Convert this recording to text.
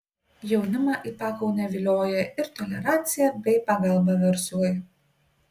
jaunimą į pakaunę vilioja ir tolerancija bei pagalba verslui